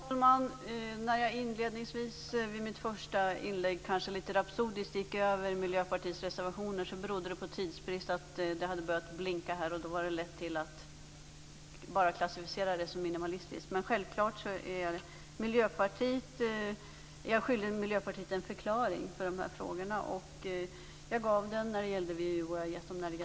Herr talman! Jag var kanske lite rapsodisk i mitt första inlägg när jag gick igenom Miljöpartiets reservationer. Det berodde på tidsbrist. Lampan hade börjat att blinka, och då låg det nära till hands att bara klassificera Miljöpartiets reservationer som minimalistiska. Självfallet är jag skyldig Miljöpartiet en förklaring. När det gäller VEU och CFE har jag redan lämnat en förklaring.